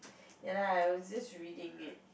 ya lah I was just reading it